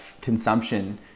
consumption